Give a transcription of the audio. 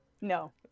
no